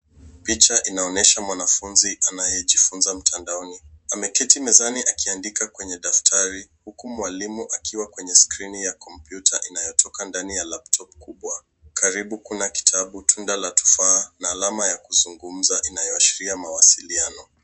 Picha inaonyesha mwanafunzi anayejifunza mtandaoni. Ameketi mezani akiandika kwenye daftari, huku mwalimu akiwa kwenye skrini ya kompyuta inayotoka ndani ya laptop kubwa karibu kuna kitabu, tunda la tufaa na alama ya kuzungumza ianaashiria mawasiliano.